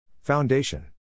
Foundation